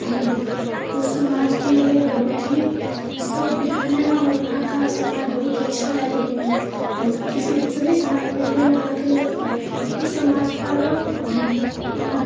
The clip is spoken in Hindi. हूँ पूरे समाज की लोग बहुत ही सभ्य हैं और वहाँ का समाज बहुत अच्छा है तो हमलोग किसी दूसरे समाज में गए वहाँ के यह उस समाज का